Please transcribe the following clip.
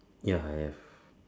ya I have